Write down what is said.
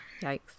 Yikes